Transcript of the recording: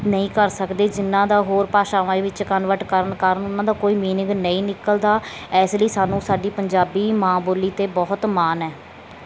ਨਹੀਂ ਕਰ ਸਕਦੇ ਜਿਹਨਾਂ ਦਾ ਹੋਰ ਭਾਸ਼ਾਵਾਂ ਵਿੱਚ ਕਨਵਰਟ ਕਰਨ ਕਾਰਨ ਉਹਨਾਂ ਦਾ ਕੋਈ ਮੀਨਿੰਗ ਨਹੀਂ ਨਿਕਲਦਾ ਇਸ ਲਈ ਸਾਨੂੰ ਸਾਡੀ ਪੰਜਾਬੀ ਮਾਂ ਬੋਲੀ 'ਤੇ ਬਹੁਤ ਮਾਣ ਹੈ